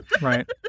right